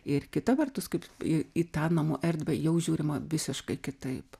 ir kita vertus kaip į į tą namų erdvę jau žiūrima visiškai kitaip